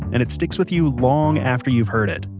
and it sticks with you long after you've heard it.